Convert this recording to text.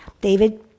David